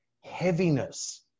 heaviness